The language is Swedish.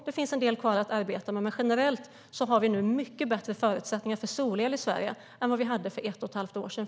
Det finns en del kvar att arbeta med, men generellt har vi nu mycket bättre förutsättningar för solel i Sverige än vi hade före valet för ett och ett halvt år sedan.